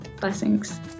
Blessings